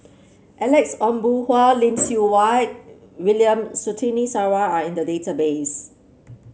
Alex Ong Boon Hau Lim Siew Wai William Surtini Sarwan are in the database